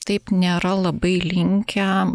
taip nėra labai linkę